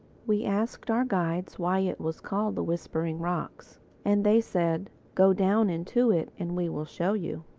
we asked our guides why it was called the whispering rocks and they said, go down into it and we will show you.